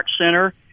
Center